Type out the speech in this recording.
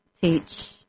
teach